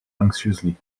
anxiously